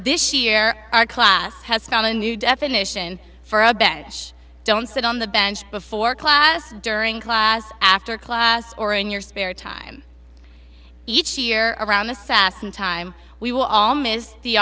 this year our class has found a new definition for a bench don't sit on the bench before class during class after class or in your spare time each year around the sas in time we will all miss the